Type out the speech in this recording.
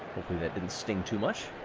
hopefully that didn't sting too much.